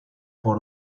por